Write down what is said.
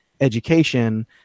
education